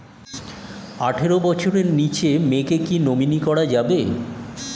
আঠারো বছরের নিচে মেয়েকে কী নমিনি করা যাবে?